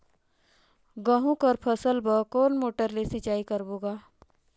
गहूं कर फसल बर कोन मोटर ले सिंचाई करबो गा?